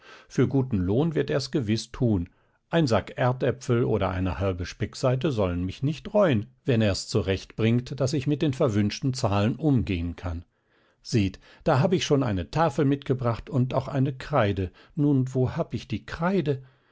für guten lohn wird er's gewiß tun ein sack erdäpfel oder eine halbe speckseite sollen mich nicht reuen wenn er's zurechtbringt daß ich mit den verwünschten zahlen umgehen kann seht da habe ich schon eine tafel mitgebracht und auch eine kreide nun wo hab ich die kreide